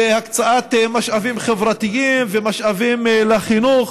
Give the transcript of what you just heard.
בהקצאת משאבים חברתיים ומשאבים לחינוך.